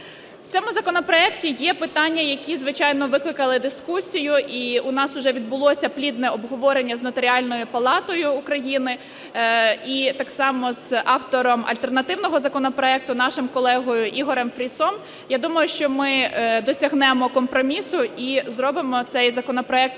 В цьому законопроекті є питання, які, звичайно, викликали дискусію. І у нас уже відбулося плідне обговорення з Нотаріальною палатою України і так само з автором альтернативного законопроекту нашим колегою Ігорем Фрісом. Я думаю, що ми досягнемо компромісу і зробимо цей законопроект